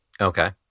Okay